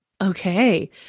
Okay